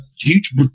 huge